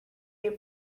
your